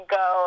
go